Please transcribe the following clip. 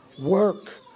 Work